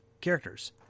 characters